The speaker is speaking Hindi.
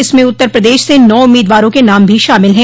इसमें उत्तर प्रदेश से नौ उम्मीदवारों के नाम भी शामिल हैं